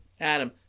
Adam